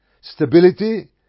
Stability